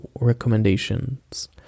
recommendations